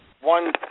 one